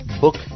book